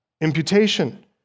imputation